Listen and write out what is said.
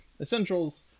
essentials